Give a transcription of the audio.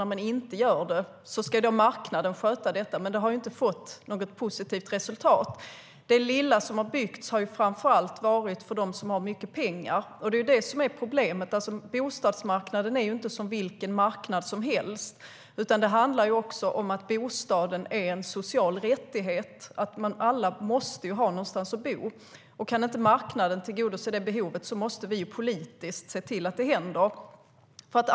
När man inte stöder bostadsbyggande är det marknaden som ska sköta detta. Men det har ju inte lett till något positivt resultat. Det lilla som har byggts har framför allt byggts för dem som har mycket pengar. Det är det som är problemet. Bostadsmarknaden är ju inte som vilken marknad som helst, utan det handlar också om att en bostad är en social rättighet. Alla måste ha någonstans att bo. Kan inte marknaden tillgodose det behovet måste vi politiker se till att det händer någonting.